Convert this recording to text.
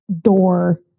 door